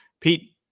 Pete